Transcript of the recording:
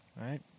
right